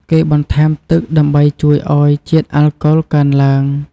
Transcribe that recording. គេបន្ថែមទឹកដើម្បីជួយឱ្យជាតិអាល់កុលកើនឡើង។